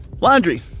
laundry